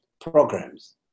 programs